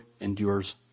endures